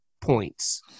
points